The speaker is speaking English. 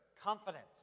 confidence